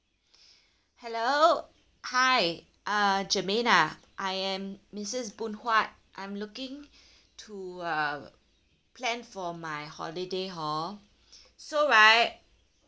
hello hi uh germaine ah I am missus boon huat I'm looking to uh plan for my holiday hor so right